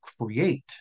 create